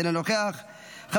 אינו נוכח,